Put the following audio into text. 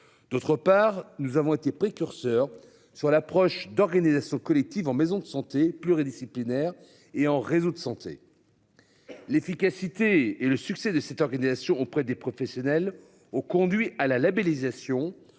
D'autre part, nous avons été précurseurs soit l'approche d'organisation collective en maison de santé pluridisciplinaire et en réseau de santé. L'efficacité et le succès de cette organisation auprès des professionnels. Oh, conduit à la labellisation